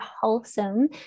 wholesome